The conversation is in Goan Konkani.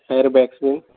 air bags